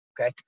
Okay